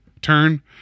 turn